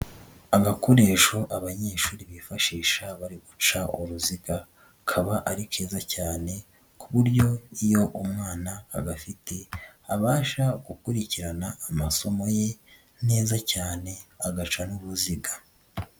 Agakoresho abanyeshuri bifashisha bari guca uruziga, kaba ari keza cyane ku buryo iyo umwana agafite abasha gukurikirana amasomo ye neza cyane agaca n'uruziga.